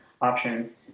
option